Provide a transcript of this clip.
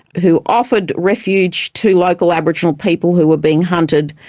who offered refuge to local aboriginal people who were being hunted.